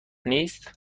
نیست